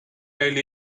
elle